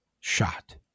shot